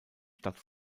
stadt